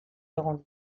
egon